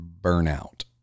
burnout